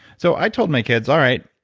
so i told my kids, all right,